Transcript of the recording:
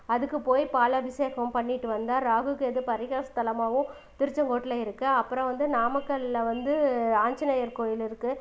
அதுக்கு போய் பாலபிஷேகம் பண்ணிவிட்டு வந்தா ராகு கேது பரிகாரஸ்தலமாகவும் திருச்செங்கோட்டில் இருக்கு அப்புறம் வந்து நாமக்கலில் வந்து ஆஞ்சநேயர் கோயில் இருக்கு